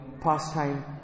pastime